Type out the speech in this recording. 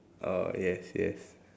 orh yes yes